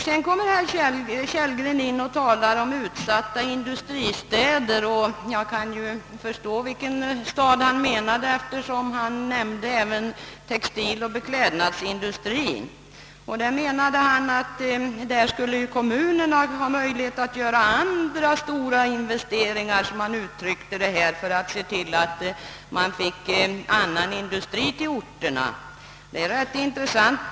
Sedan talade herr Kellgren om utsatta industristäder, och jag förstår vilken stad han menade, eftersom han även nämnde textiloch beklädnadsindustrien. Han ansåg att kommunerna skulle ha möjligheter att göra »andra stora investeringar för industrier» — som han uttryckte det — för att se till att man fick annan industri till orten. Detta är ju ganska intressant.